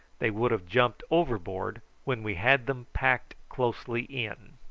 they would have jumped overboard when we had them packed closely in.